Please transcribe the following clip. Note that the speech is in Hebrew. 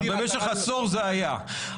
חברי הכנסת, כמה זמן היה קיים העיקרון הדומה?